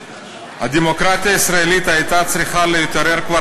הדמוקרטיה הישראלית הייתה צריכה להתעורר כבר